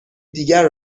دیگر